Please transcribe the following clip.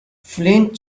flint